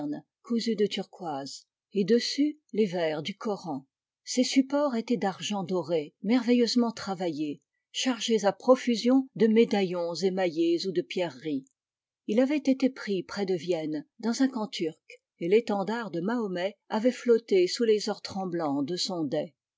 cousu de turquoises et dessus les vers du koran ses supports étaient d'argent doré merveilleusement travaillé chargés à profusion de médaillons émaillés ou de pierreries il avait été pris près de vienne dans un camp turc et l'étendard de mahomet avait flotté sous les ors tremblants de son